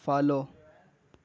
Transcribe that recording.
follow